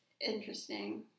interesting